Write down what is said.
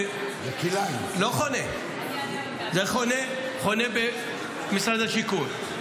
זה חונה במשרד השיכון,